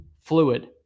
fluid